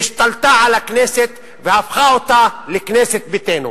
שהשתלטה על הכנסת והפכה אותנו לכנסת ביתנו.